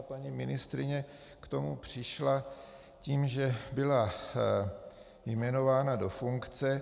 Paní ministryně k tomu přišla tím, že byla jmenována do funkce.